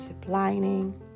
ziplining